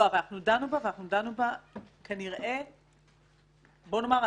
בוא נאמר,